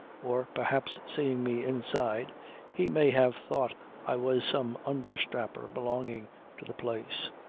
or perhaps seeing me inside he may have thought i was some understrapper belonging to the place.